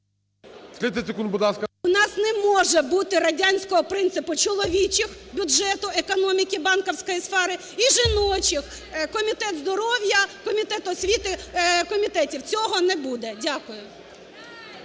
У нас не може бути радянського принципу чоловічих – бюджету, економіки, банківської сфери і жіночих – Комітет здоров'я, Комітет освіти, комітетів... цього не буде. Дякую.